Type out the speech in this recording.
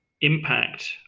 impact